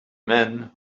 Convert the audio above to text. man